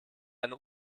eine